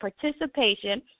participation